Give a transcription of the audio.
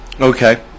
Okay